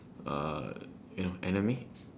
uh you know anime